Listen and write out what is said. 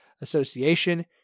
Association